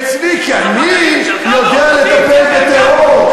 אצלי, כי אני יודע לטפל בטרור.